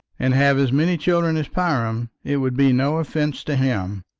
and have as many children as priam, it would be no offence to him.